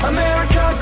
America